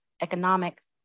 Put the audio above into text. economics